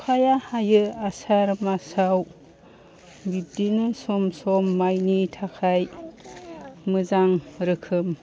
अखाया हायो आसार मासाव बेबादिनो सम सम माइनि थाखाय मोजां रोखोम